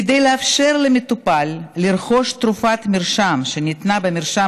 כדי לאפשר למטופל לרכוש תרופת מרשם שניתנה במרשם